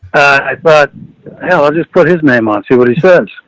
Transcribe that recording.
i bought hell, i'll just put his name on, see what he says.